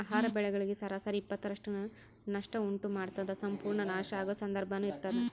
ಆಹಾರ ಬೆಳೆಗಳಿಗೆ ಸರಾಸರಿ ಇಪ್ಪತ್ತರಷ್ಟು ನಷ್ಟ ಉಂಟು ಮಾಡ್ತದ ಸಂಪೂರ್ಣ ನಾಶ ಆಗೊ ಸಂದರ್ಭನೂ ಇರ್ತದ